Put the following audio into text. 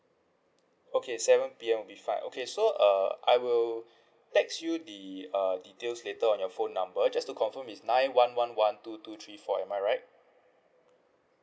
okay seven P_M will be fine okay so uh I will text you the uh details later on your phone number just to confirm is nine one one one two two three four am I right